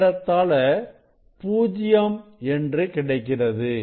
ஏறத்தாள பூஜ்ஜியம் என்று கிடைக்கிறது